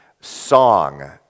song